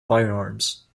firearms